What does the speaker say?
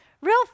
Real